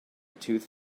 tooth